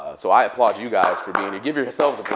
ah so i applaud you guys for being here. give yourselves